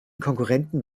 konkurrenten